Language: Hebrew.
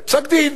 זה פסק-דין,